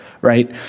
Right